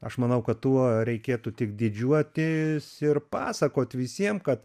aš manau kad tuo reikėtų tik didžiuotis ir pasakot visiem kad